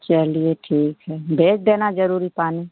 चलिए ठीक है भेज देना जरूरी पानी